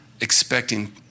expecting